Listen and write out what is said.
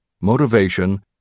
motivation